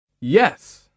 Yes